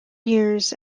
years